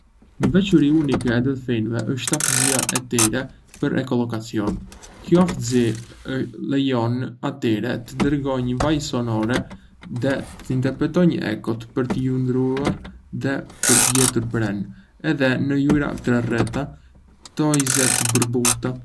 Një veçori unike e delfinëve është aftësia e tyre për ekolokacion. Kjo aftësi u lejon atyre të dërgojnë valë zanore dhe të interpretojnë ekot për të lundruar dhe për të gjetur prenë, edhe në ujëra të errëta ose të turbullta.